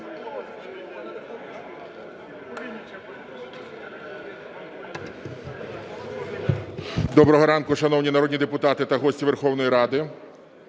Доброго ранку шановні народні депутати та гості Верховної Ради!